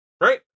Right